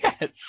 yes